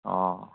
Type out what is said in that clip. অ'